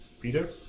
Peter